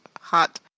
Hot